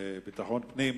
לביטחון פנים,